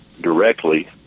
directly